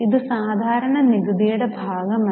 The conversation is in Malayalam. ഇത് സാധാരണ നികുതിയുടെ ഭാഗമല്ല